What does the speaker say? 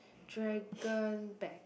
dragon back